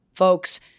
folks